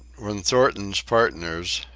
when thornton's partners,